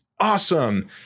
awesome